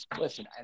Listen